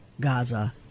Gaza